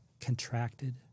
contracted